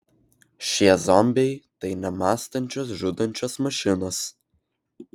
šie zombiai tai nemąstančios žudančios mašinos